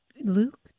Luke